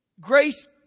Grace